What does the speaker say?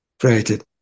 created